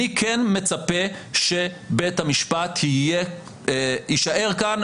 אני כן מצפה שבית המשפט יישאר כאן,